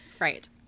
Right